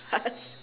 us